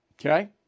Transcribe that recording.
okay